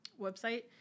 website